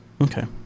Okay